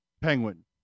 Penguin